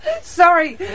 Sorry